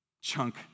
chunk